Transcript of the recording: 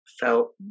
felt